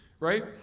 right